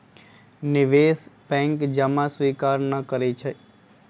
निवेश बैंक जमा स्वीकार न करइ छै